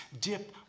dip